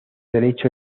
derecho